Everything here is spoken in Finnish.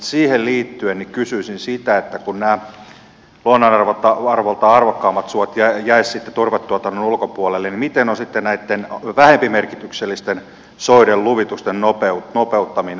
siihen liittyen kysyisin sitä kun nämä luonnonarvoiltaan arvokkaimmat suot jäisivät sitten turvetuotannon ulkopuolelle miten on sitten näitten vähempimerkityksisten soiden luvitusten nopeuttaminen